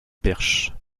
perche